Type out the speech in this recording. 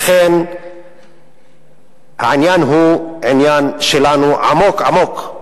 לכן העניין הוא עניין שלנו, עמוק עמוק,